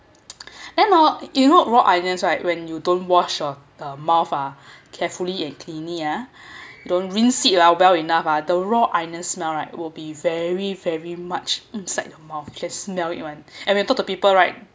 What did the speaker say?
then oh you know raw onions right when you don't wash your the mouth ah carefully and cleanly ah don't rinse it ah well enough ah the raw onion smell right will be very very much inside your mouth can smell it [one] and when you talk to people right